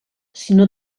sinó